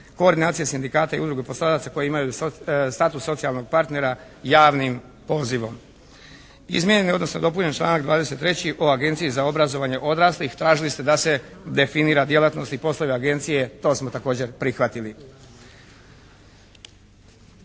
koordinacije sindikata i udruge poslodavaca koje imaju status socijalnog partnera javnim pozivom." Izmijenjen je, odnosno dopunjen članak 23. o Agenciji za obrazovanje odraslih. Tražili ste da se definira djelatnost i poslovi agencije. To smo također prihvatili.